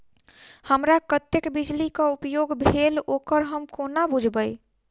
हमरा कत्तेक बिजली कऽ उपयोग भेल ओकर हम कोना बुझबै?